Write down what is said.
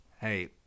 Hey